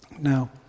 Now